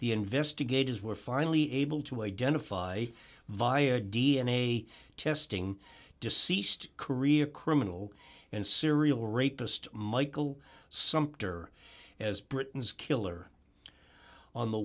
the investigators were finally able to identify via d n a testing deceased career criminal and serial rapist michael sumpter as britain's killer on the